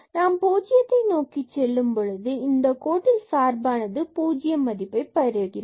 நாம் 0 நோக்கிச் செல்லும் பொழுது இந்த கோட்டில் சார்பானது 0 மதிப்பைப் பெறுகிறது